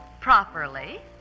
properly